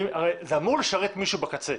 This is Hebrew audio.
זה אמור לשרת מישהו בקצה.